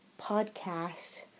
podcast